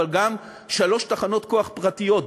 אבל גם שלוש תחנות כוח פרטיות,